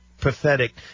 pathetic